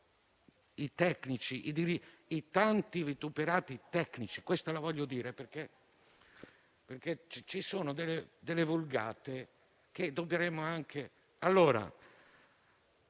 i tecnici, i tanti vituperati tecnici. E questo voglio dirlo, perché ci sono delle vulgate che dovremmo smentire.